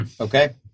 Okay